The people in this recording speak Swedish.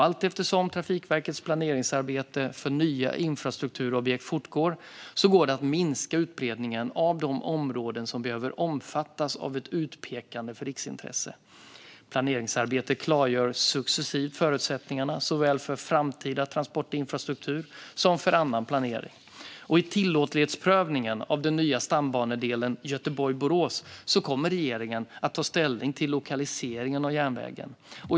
Allteftersom Trafikverkets planeringsarbete för nya infrastrukturobjekt fortgår går det att minska utbredningen av de områden som behöver omfattas av ett utpekande för riksintresse. Planeringsarbetet klargör successivt förutsättningarna såväl för framtida transportinfrastruktur som för annan planering. I tillåtlighetsprövningen av den nya stambanedelen Göteborg-Borås kommer regeringen att ta ställning till lokaliseringen av järnvägen.